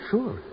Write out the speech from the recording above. Sure